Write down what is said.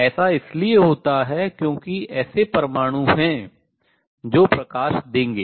ऐसा इसलिए होता है क्योंकि ऐसे परमाणु हैं जो प्रकाश देंगे